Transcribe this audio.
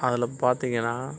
அதில் பார்த்தீங்கன்னா